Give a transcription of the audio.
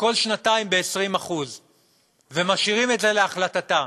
כל שנתיים ב-20% ומשאירים את זה להחלטתה,